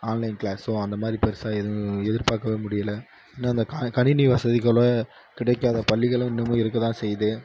online கிளாஸோ அந்தமாதிரி பெரிசா எதுவும் எதிர்பார்க்கவே முடியலை இன்னும் அந்த க கணினி வசதி கூட கிடைக்காத பள்ளிகளும் இன்னமும் இருக்கதான் செய்து